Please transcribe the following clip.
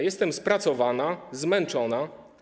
Jestem spracowana, zmęczona.